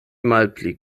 malpli